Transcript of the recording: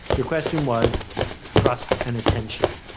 your question was trust and attention.